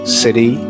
city